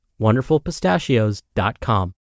WonderfulPistachios.com